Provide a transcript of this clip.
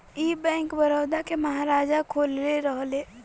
ई बैंक, बड़ौदा के महाराजा खोलले रहले